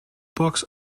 books